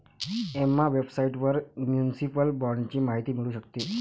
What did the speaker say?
Emma वेबसाइटवर municipal बाँडची माहिती मिळू शकते